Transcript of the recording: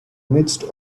midst